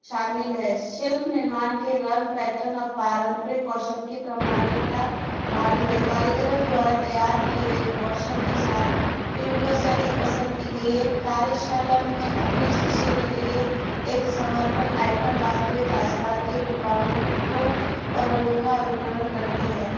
शामिल है शिल्प निर्माण के रंग पैटर्न और पारंपरिक कौशल की प्रमाणिकता भारी है कारीगरों द्वारा तैयार किए गए कौशल के साथ पीढ़ियों से अधिक पसंद की गई है कार्यशाला में अपने शिष्य के लिए एक समर्पण आइटम वास्तविक राजस्थान के रूपावन को और रंगो का अनुकरण करते हैं